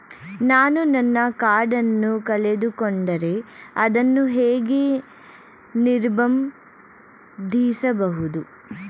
ನಾನು ನನ್ನ ಕಾರ್ಡ್ ಅನ್ನು ಕಳೆದುಕೊಂಡರೆ ಅದನ್ನು ಹೇಗೆ ನಿರ್ಬಂಧಿಸಬಹುದು?